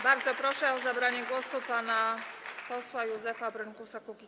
Bardzo proszę o zabranie głosu pana posła Józefa Brynkusa, Kukiz’15.